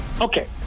Okay